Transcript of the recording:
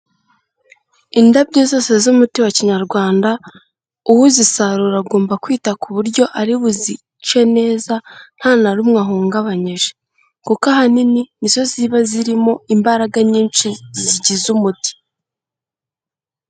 Indabyo zose z'umuti wa kinyarwanda, uwuzisarura agomba kwita ku buryo ari buzice neza nta na rumwe ahungabanyije kuko ahanini ni zo ziba zirimo imbaraga nyinshi zigize umuti.